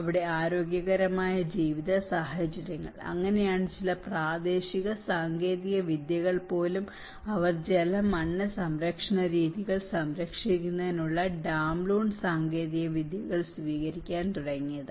അവിടെ ആരോഗ്യകരമായ ജീവിത സാഹചര്യങ്ങൾ അങ്ങനെയാണ് ചില പ്രാദേശിക സാങ്കേതിക വിദ്യകൾ പോലും അവർ ജല മണ്ണ് സംരക്ഷണ രീതികൾ സംരക്ഷിക്കുന്നതിനുള്ള ഡാംലൂൺ സാങ്കേതിക വിദ്യകൾ സ്വീകരിക്കാൻ തുടങ്ങിയത്